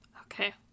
Okay